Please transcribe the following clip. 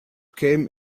came